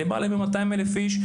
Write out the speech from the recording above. למעלה מ-200,000 איש.